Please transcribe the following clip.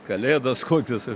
kalėdas kokios